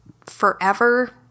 forever